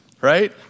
Right